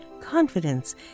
confidence